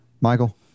Michael